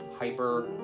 hyper